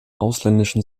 ausländischen